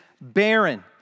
barren